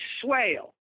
swale